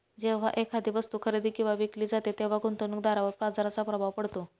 जेव्हा एखादी वस्तू खरेदी किंवा विकली जाते तेव्हा गुंतवणूकदारावर बाजाराचा प्रभाव पडतो